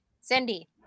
Cindy